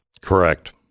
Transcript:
Correct